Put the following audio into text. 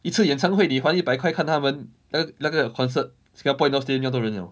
一次演唱会你还一百块看他们那个那个 concert singapore indoor stadium 这样多人 liao